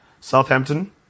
Southampton